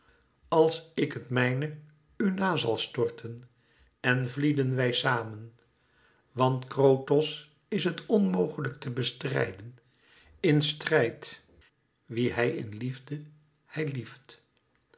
als ik het mijne u na zal storten en vlieden wij samen want krotos is het onmogelijk te bestrijden in strijd wie in liefde hij lieft